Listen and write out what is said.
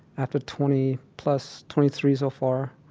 after twenty plus, twenty three so far,